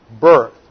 birth